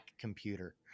computer